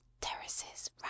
terraces